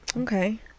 Okay